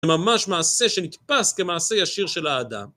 זה ממש מעשה שנתפס כמעשה ישיר של האדם.